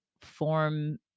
form